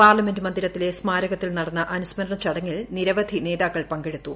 parliament മന്ദിരത്തിലെ സ്മാരകത്തിൽ നടന്ന അനുസ്മരണ ചടങ്ങിൽ നിരവധി നേതാക്കൾ പങ്കെടുത്തു